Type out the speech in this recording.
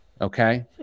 Okay